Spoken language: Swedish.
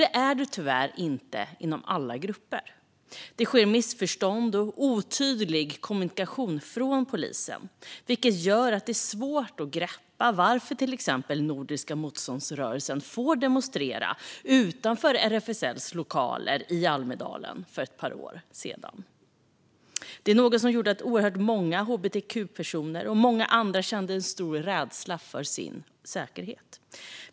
Det är det tyvärr inte inom alla grupper. Det sker missförstånd och otydlig kommunikation från polisen, vilket gör att det är svårt att greppa till exempel varför Nordiska motståndsrörelsen fick demonstrera utanför RFSL:s lokaler i Almedalen för ett par år sedan. Det var något som gjorde att oerhört många hbtq-personer, och många andra, kände en stor rädsla för sin säkerhet.